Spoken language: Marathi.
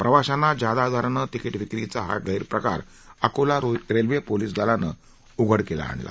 प्रवाशांना जादा दरानं तिकिट विक्रीचा हा गैरप्रकार अकोला रेल्वे पोलीस दलानं उघडकीस आणला